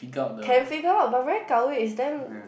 can figure out but very gao wei it's damn